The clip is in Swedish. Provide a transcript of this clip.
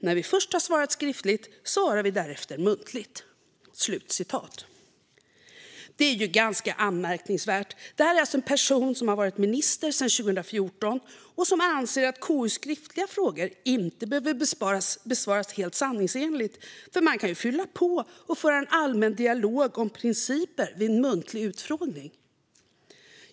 När vi först har svarat skriftligt svarar vi därefter muntligt. Det är ganska anmärkningsvärt att en person som varit minister sedan 2014 anser att KU:s skriftliga frågor inte behöver besvaras sanningsenligt eftersom man kan fylla på och föra en allmän dialog om principer vid en muntlig utfrågning.